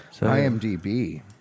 IMDb